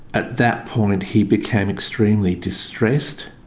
at that point he became extremely distressed.